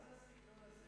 מה זה הסגנון הזה?